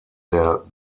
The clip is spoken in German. der